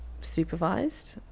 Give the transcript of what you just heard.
supervised